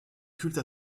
culte